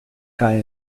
cae